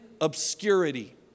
obscurity